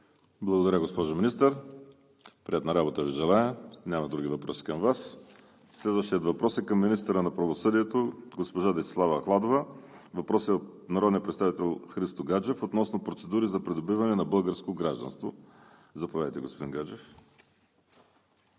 Благодаря, госпожо Министър. Желая Ви приятна работа, няма други въпроси към Вас. Следващият въпрос е към министъра на правосъдието – госпожа Десислава Ахладова. Въпросът е от народния представител Христо Гаджев относно процедури за придобиване на българско гражданство. Заповядайте, господин Гаджев.